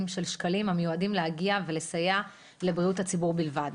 שקלים המיועדים להגיע ולסייע לבריאות הציבור בלבד.